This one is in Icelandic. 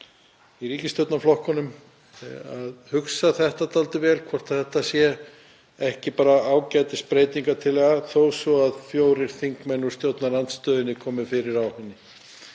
í ríkisstjórnarflokkunum að hugsa þetta dálítið vel, hvort þetta sé ekki bara ágætisbreytingartillaga þó svo að fjórir þingmenn úr stjórnarandstöðunni komi fyrir á henni.